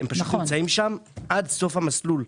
הם פשוט נמצאים שם עד סוף המסלול.